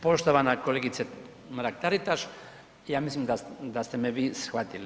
Poštovana kolegice Mrak Taritaš, ja mislim da ste me shvatili.